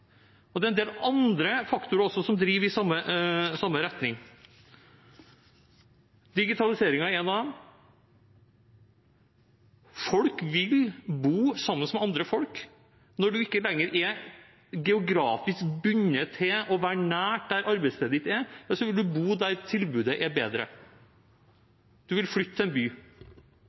Det er også en del andre faktorer som driver i samme retning. Digitalisering er én av dem. Folk vil bo sammen med andre folk, og når du ikke lenger er geografisk bundet til å være nær der arbeidsstedet ditt er – ja, så vil du bo der tilbudet er bedre. Du vil flytte til en by.